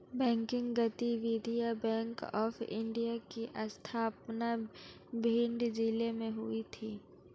banking गतिविधियां bank of India की स्थापना भिंड जिले में हुई थी